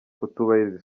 kutubahiriza